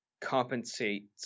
compensate